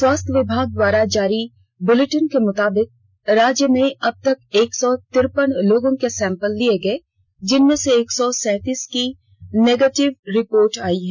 स्वास्थ्य विभाग द्वारा जारी बुलेटिन के मुताबिक राज्य में अब तक एक सौ तिरपन लोगों के सैंपल लिये गए जिनमें एक सौ सैतीस की नेगेटिव रिपोर्ट आई है